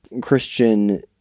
Christian